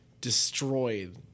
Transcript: destroyed